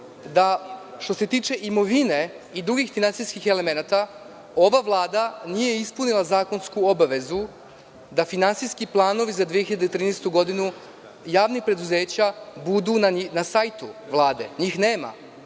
da, što se tiče imovine i drugih finansijskih elemenata, ova vlada nije ispunila zakonsku obavezu da finansijski planovi za 2013. godinu javnih preduzeća budu na sajtu Vlade. Njih nema.